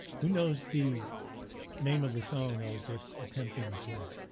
who knows the name of the song i was just attempting to play?